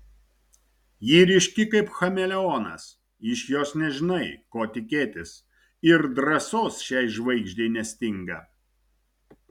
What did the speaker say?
ji ryški kaip chameleonas iš jos nežinai ko tikėtis ir drąsos šiai žvaigždei nestinga